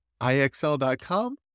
IXL.com